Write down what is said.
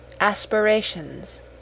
aspirations